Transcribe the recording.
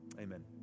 Amen